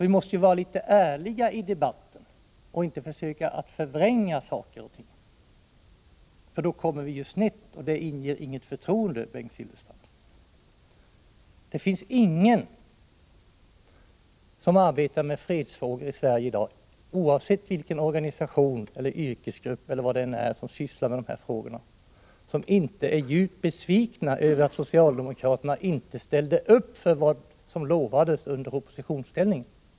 Vi måste vara litet ärliga i debatten och inte försöka att förvränga saker och ting. Annars kommer vi snett, och det inger inget förtroende, Bengt Silfverstrand. Det finns ingen som arbetar med fredsfrågor i Sverige i dag, oavsett vilken organisation eller yrkesgrupp det än gäller som sysslar med de här frågorna, som inte är djupt besviken över att inte socialdemokraterna ställde upp för det som lovades i oppositionsställning.